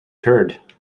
curd